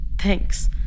Thanks